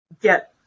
get